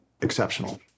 exceptional